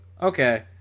Okay